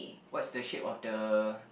what's the shape of the